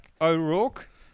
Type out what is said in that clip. O'Rourke